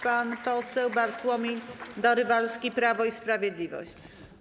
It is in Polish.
Pan poseł Bartłomiej Dorywalski, Prawo i Sprawiedliwość.